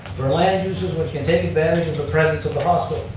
for land uses which can take advantage of the presence of the hospital.